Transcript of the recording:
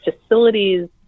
facilities